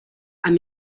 amb